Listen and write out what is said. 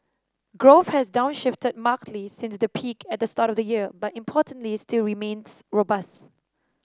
growth has downshifted markedly since the peak at the start of the year but importantly still remains robust